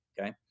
okay